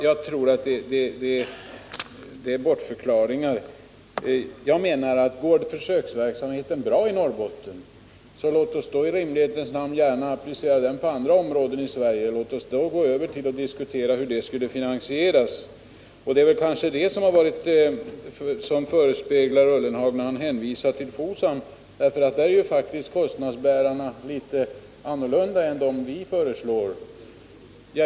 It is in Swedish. Jag tror det är bortförklaringar. Om försöksverksamheten i Norrbotten går bra, låt oss då i rimlighetens namn gärna applicera den på andra områden i Sverige! Låt oss gå över till att diskutera hur detta skulle finansieras! Det kanske är det som föresvävar Jörgen Ullenhag när han hänvisar till Fosam, för där är faktiskt kostnadsbärarna andra än dem vi föreslår.